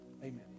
Amen